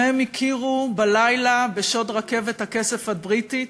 שניהם הכירו בלילה בשוד רכבת הכסף הבריטית.